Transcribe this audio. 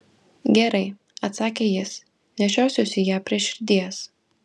gerai atsakė jis nešiosiuosi ją prie širdies